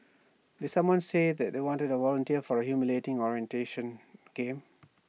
did someone say that they want A volunteer for A humiliating orientation game